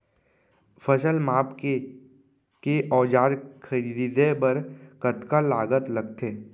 फसल मापके के औज़ार खरीदे बर कतका लागत लगथे?